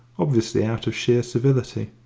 obviously out of sheer civility.